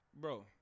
Bro